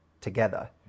together